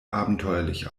abenteuerlich